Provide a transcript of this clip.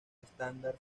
estándar